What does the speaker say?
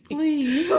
Please